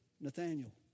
Nathaniel